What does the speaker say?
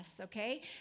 okay